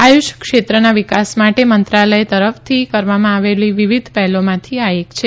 આયુષ ક્ષેત્રના વિકાસ માટે મંત્રાલયની તરફથી કરવામાં આવેલી વિવિધ પહેલોમાંથી આ એક છે